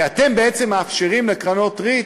כי אתם בעצם מאפשרים לקרנות ריט